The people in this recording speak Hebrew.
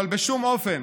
אבל בשום אופן